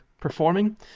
performing